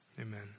Amen